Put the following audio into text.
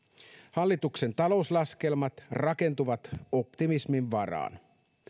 hallituksen talouslaskelmat rakentuvat optimismin varaan